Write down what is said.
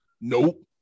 Nope